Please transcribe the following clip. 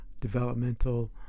developmental